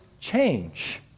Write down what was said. change